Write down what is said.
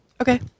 Okay